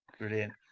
Brilliant